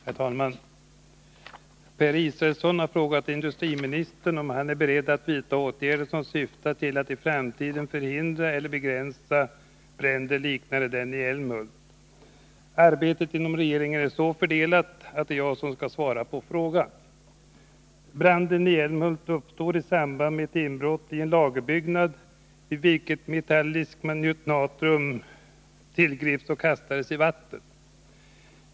Herr talman! Per Israelsson har frågat industriministern om han är beredd att vidta åtgärder som syftar till att i framtiden förhindra eller begränsa bränder liknande den i Almhult. Arbetet inom regeringen är så fördelat, att det är jag som skall svara på frågan. Branden i Älmhult uppstod i samband med ett inbrott i en lagerbyggnad. vid vilket metalliskt natrium tillgreps och kastades i vatten.